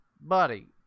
buddy